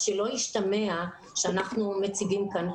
שלא ישתמע שאנחנו מציגים כאן.